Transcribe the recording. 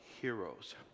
heroes